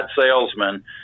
salesman